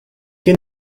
que